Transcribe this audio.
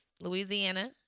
Louisiana